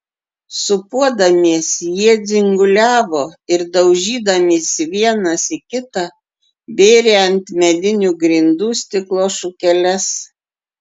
sūpuodamiesi jie dzinguliavo ir daužydamiesi vienas į kitą bėrė ant medinių grindų stiklo šukeles